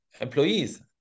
employees